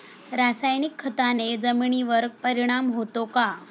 रासायनिक खताने जमिनीवर परिणाम होतो का?